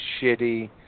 shitty